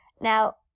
Now